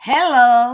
Hello